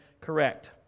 correct